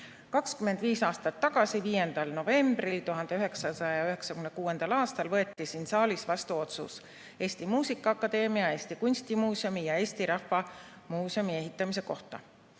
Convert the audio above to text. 25 aastat tagasi, 5. novembril 1996. aastal võeti siin saalis vastu otsus Eesti Muusikaakadeemia, Eesti Kunstimuuseumi ja Eesti Rahva Muuseumi ehitamise kohta.